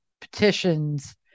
petitions